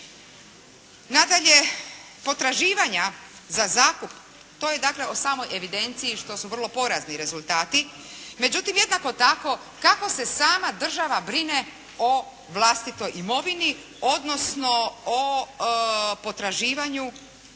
Nadalje, potraživanja za zakup. To je dakle u samoj evidenciji što su vrlo porazni rezultati. Međutim, jednako tako kako se sama država brine o vlastitoj imovini odnosno o potraživanju i kako